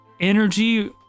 energy